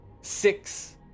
six